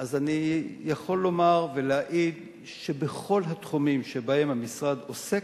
אני יכול לומר ולהעיד שבכל התחומים שבהם המשרד עוסק,